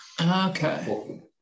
Okay